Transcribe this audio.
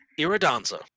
Iridanza